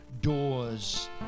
doors